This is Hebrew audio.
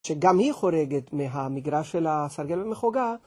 שגם היא חורגת מהמגרה של הסרגל במחוגה,